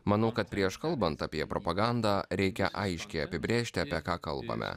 manau kad prieš kalbant apie propagandą reikia aiškiai apibrėžti apie ką kalbame